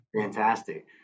Fantastic